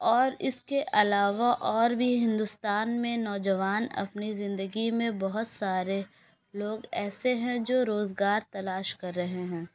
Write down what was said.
اور اس کے علاوہ اور بھی ہندوستان میں نوجوان اپنی زندگی میں بہت سارے لوگ ایسے ہیں جو روزگار تلاش کر رہے ہیں